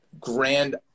grand